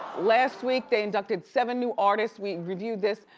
last week, they inducted seven new artists. we reviewed this.